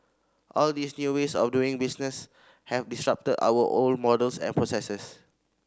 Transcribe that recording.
all these new ways of doing business have disrupted our old models and processes